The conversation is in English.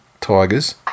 Tigers